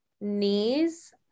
knees